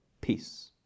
peace